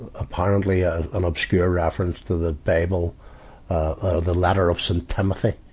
apparently ah an obscure reference to the fable of the ladder of st. timothy.